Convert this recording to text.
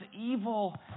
evil